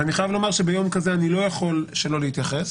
אני חייב לומר שביום כזה אני לא יכול שלא להתייחס